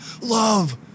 love